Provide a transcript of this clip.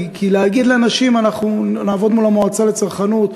כי להגיד לאנשים: אנחנו נעבוד מול המועצה לצרכנות,